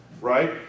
Right